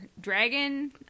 dragon